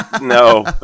No